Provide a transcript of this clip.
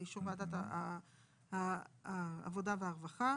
באישור וועדת העבודה והרווחה.